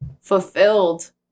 fulfilled